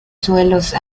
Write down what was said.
suelos